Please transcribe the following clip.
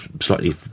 slightly